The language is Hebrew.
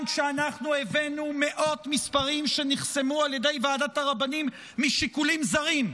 גם כשאנחנו הבאנו מאות מספרים שנחסמו על ידי ועדת הרבנים משיקולים זרים,